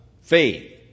Faith